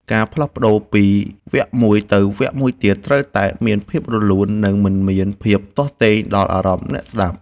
ការផ្លាស់ប្តូរពីវគ្គមួយទៅវគ្គមួយទៀតត្រូវតែមានភាពរលូន និង មិនមានភាពទាស់ទែងដល់អារម្មណ៍អ្នកស្ដាប់។